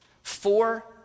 Four